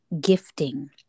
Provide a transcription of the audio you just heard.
gifting